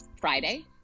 Friday